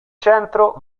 centro